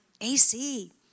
AC